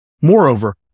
Moreover